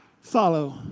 Follow